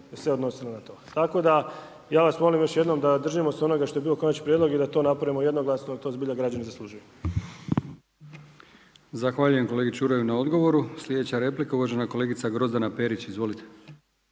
se odnosile na to. Tako da ja vas molim još jednom, da držimo se onoga što je bilo konačni prijedlog i da to napravimo jednoglasno jer to zbilja građani zaslužuju. **Brkić, Milijan (HDZ)** Zahvaljujem kolegi Čuraju na odgovoru, slijedeća replika uvažena kolegica Grozdana Perić. Izvolite.